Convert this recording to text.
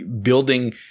building